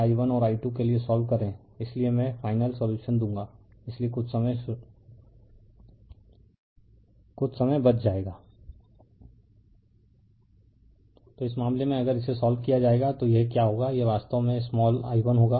इसलिए मैं final solution दूंगा इसलिए कुछ समय बच जायेगा refer slide time 3342 refer slide time 3343 तो इस मामले में अगर इसे सोल्व किया जाएगा तो यह क्या होगा यह वास्तव में स्माल i1होगा